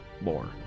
more